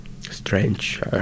strange